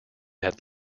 had